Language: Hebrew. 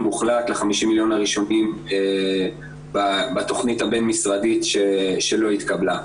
מוחלט ל-50 מיליון הראשונים בתכנית הבין משרדית שלא התקבלה.